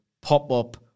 pop-up